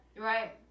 Right